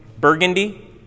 Burgundy